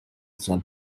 san